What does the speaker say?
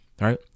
right